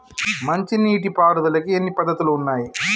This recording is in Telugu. మంచి నీటి పారుదలకి ఎన్ని పద్దతులు ఉన్నాయి?